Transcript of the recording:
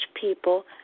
people